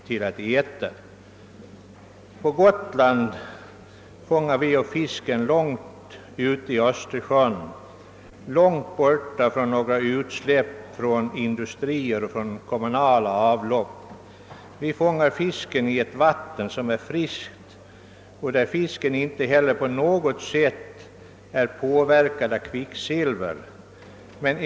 Vi gotlänningar fångar fisken långt ute i Östersjön — långt borta från utsläpp från industrier och kommunala avlopp. Vi fångar fisken i friskt vatten, och den är inte på något sätt påverkad av kvicksilver.